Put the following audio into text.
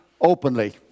openly